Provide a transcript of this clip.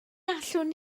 allwn